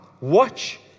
Watch